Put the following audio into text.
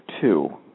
two